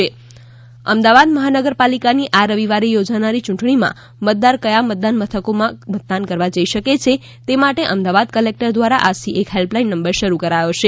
help line number Ahmedabad મહાનગરપાલિકાની આ રવિવારે યોજાનારી યૂંટણીમાં મતદાર કયા મતદાન મથકોમાં મતદાન કરવા જઈ શકે તે માટે અમદાવાદ કલેકટર દ્વારા આજથી એક હેલ્પલાઇન નંબર શરૂ કરાઈ છે